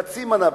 חצי מנה,